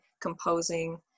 composing